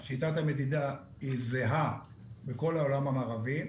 שיטת המדידה זהה בכל העולם המערבי.